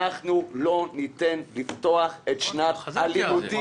אנחנו לא ניתן לפתוח את שנת הלימודים --- חזרתי על זה.